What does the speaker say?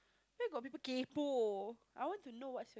where got people kaypoh I want to know what's